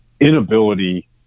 inability